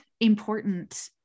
important